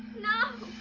know